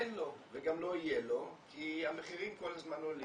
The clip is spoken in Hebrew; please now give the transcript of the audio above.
אין לו וגם לא יהיה לו כי המחירים כל הזמן עולים.